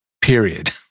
Period